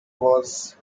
was